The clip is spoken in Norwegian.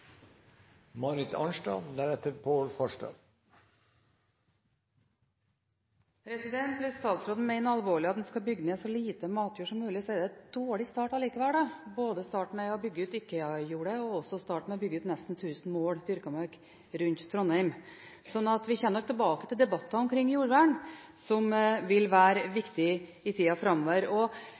statsråden mener alvorlig at en skal bygge ned så lite matjord som mulig, er det likevel en dårlig start å starte med å bygge ut både IKEA-jordet og nesten 1 000 mål dyrket mark rundt Trondheim. Vi kommer nok tilbake til debatter om jordvern, som vil være viktig i tida framover.